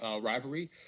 rivalry